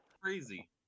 Crazy